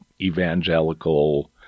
evangelical